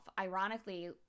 ironically